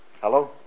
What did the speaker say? hello